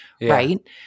right